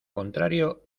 contrario